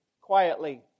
quietly